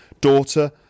daughter